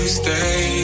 stay